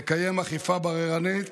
לקיים אכיפה בררנית